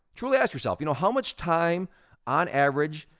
truly ask yourself, you know, how much time on average,